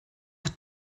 hat